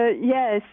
yes